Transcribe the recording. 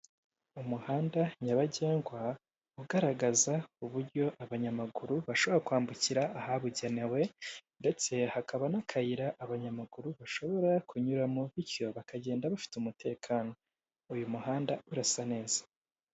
Umuhanda nyabagendwa ugaragaza uburyo abanyamaguru bashobora kwambukira ahabugenewe ndetse hakaba n'akayira abanyamaguru bashobora kunyuramo bityo bakagenda bafite umutekano uyu muhanda urasa neza.